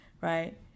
right